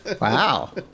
Wow